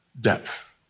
depth